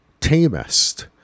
tamest